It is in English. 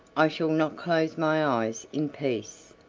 i shall not close my eyes in peace.